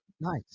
Nice